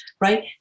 right